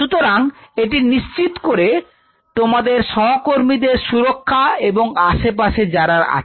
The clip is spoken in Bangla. সুতরাং এটি নিশ্চিত করে তোমাদের সহকর্মীদের সুরক্ষা এবং আশে পাশে যারা আছে